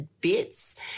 bits